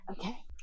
Okay